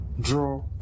Draw